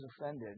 offended